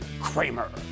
Kramer